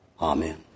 Amen